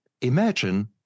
imagine